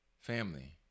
family